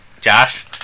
Josh